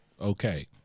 okay